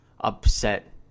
upset